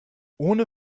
ohne